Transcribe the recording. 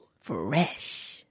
Fresh